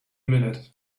minute